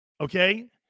okay